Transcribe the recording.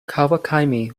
kawakami